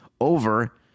over